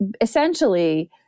essentially